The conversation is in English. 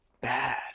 bad